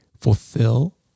fulfill